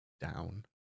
down